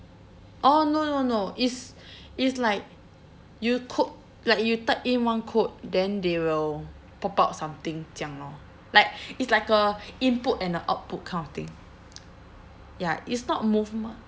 orh no no no it's it's like you code like you type in one code then they will pop out something 这样 lor like it's like a input and a output kind of thing ya it's not moveme~